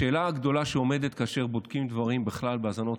השאלה הגדולה שעומדת כאשר בודקים דברים בכלל בהאזנות,